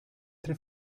tre